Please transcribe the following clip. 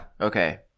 Okay